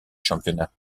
championnat